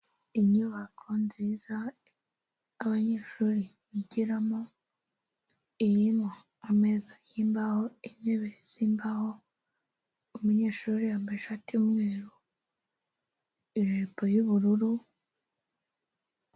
Inyubako nziza abanyeshuri bigiramo, irimo ameza y'imbaho, intebe z'imbaho, umunyeshuri yambaye ishati y'umweru, ijipo y'ubururu...